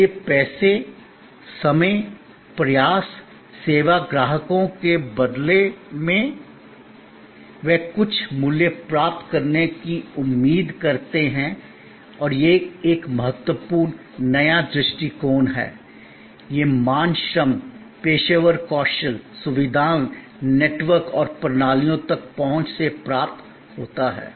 इसलिए पैसे समय प्रयास सेवा ग्राहकों के बदले में वे कुछ मूल्य प्राप्त करने की उम्मीद करते हैं और यह एक महत्वपूर्ण नया दृष्टिकोण है यह मान श्रम पेशेवर कौशल सुविधाओं नेटवर्क और प्रणालियों तक पहुंच से प्राप्त होता है